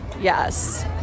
yes